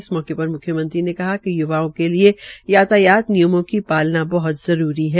इस मौके पर म्ख्यमंत्री ने कहा कि युवाओं के लिये यातायात के नियमों की पालना बहत जरूरी है